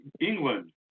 England